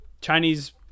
Chinese